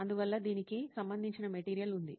అందువల్ల దీనికి సంబంధించిన మెటీరియల్ ఉంది